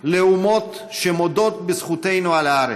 לאומות שמודות בזכותנו על הארץ,